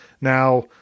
Now